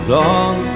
long